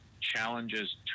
challenges